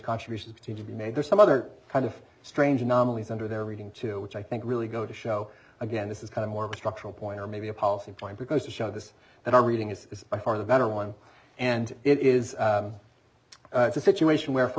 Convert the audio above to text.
contributions to be made there are some other kind of strange anomalies under their reading too which i think really go to show again this is kind of more structural point or maybe a policy point because to show this that our reading is by far the better one and it is it's a situation where for